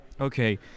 Okay